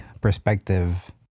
perspective